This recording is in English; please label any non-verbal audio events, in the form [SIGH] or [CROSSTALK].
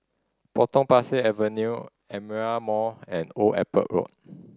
Potong Pasir Avenue Aperia Mall and Old Airport Road [NOISE]